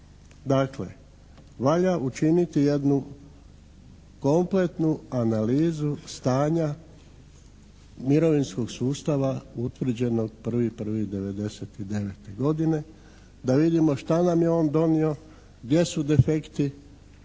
Dakle, valja učiniti jednu kompletnu analizu stanja mirovinskog sustava utvrđenog 1.1.'99. godine da vidimo šta nam je on donio, gdje su defekti